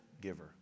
giver